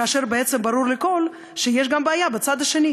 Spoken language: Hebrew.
כאשר בעצם ברור לכול שיש בעיה גם בצד האחר.